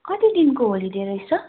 कति दिनको होलिडे रहेछ